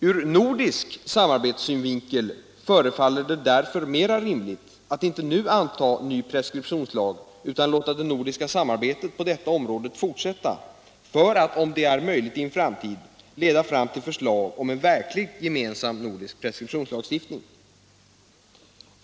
Från nordisk samarbetssynvinkel förefaller det därför mera rimligt att inte nu anta ny preskriptionslag utan låta det nordiska samarbetet på detta område fortsätta för att om det är möjligt i en framtid leda till förslag om en verkligt gemensam preskriptionslagstiftning.